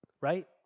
right